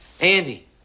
Andy